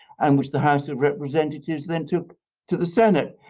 and which the house of representatives then took to the senate.